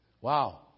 Wow